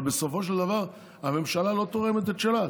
אבל בסופו של דבר הממשלה לא תורמת את שלה.